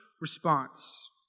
response